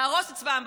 להרוס את צבא העם.